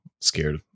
scared